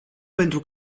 pentru